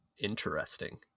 interesting